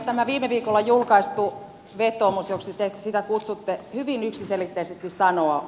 tämä viime viikolla julkaistu vetoomus joksi te sitä kutsutte hyvin yksiselitteisesti sanoo